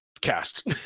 Cast